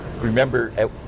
remember